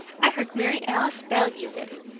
i heard mary alice bell use it.